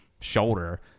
shoulder